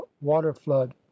water-flood